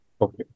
okay